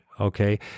Okay